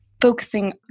focusing